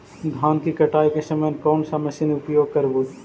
धान की कटाई के समय कोन सा मशीन उपयोग करबू?